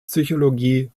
psychologie